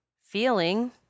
feeling